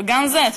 וגם זה,